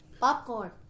Popcorn